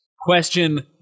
question